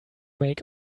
make